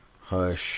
hush